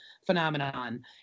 Phenomenon